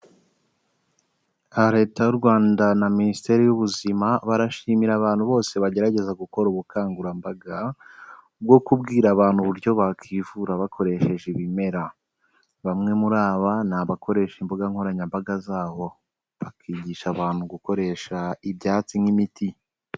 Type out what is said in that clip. Aha Leta y'u Rwanda na Minisiteri y'Ubuzima, barashimira abantu bose bagerageza gukora ubukangurambaga bwo kubwira abantu uburyo bakwivura bakoresheje ibimera, bamwe muri aba ni abakoresha imbuga nkoranyambaga zabo, bakigisha abantu gukoresha ibyatsi nk'imiti.